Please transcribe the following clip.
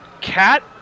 Cat